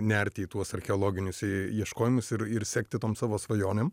nerti į tuos archeologinius į ieškojimus ir ir sekti tom savo svajonėm